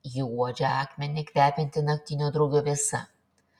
ji uodžia akmenį kvepiantį naktinio drugio vėsa